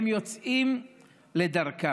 הם יוצאים לדרכם.